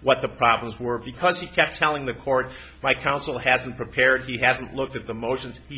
what the problems were because he kept telling the court my counsel hasn't prepared he hasn't at the motions he